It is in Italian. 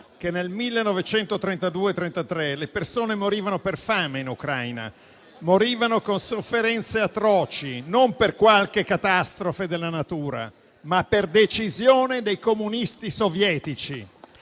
che nel 1932-1933 le persone morivano per fame in Ucraina, con sofferenze atroci, non per qualche catastrofe della natura, ma per decisione dei comunisti sovietici.